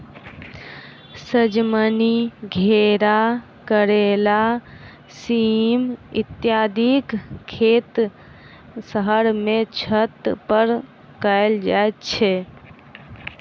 सजमनि, घेरा, करैला, सीम इत्यादिक खेत शहर मे छत पर कयल जाइत छै